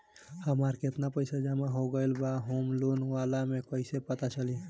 हमार केतना पईसा जमा हो गएल बा होम लोन वाला मे कइसे पता चली?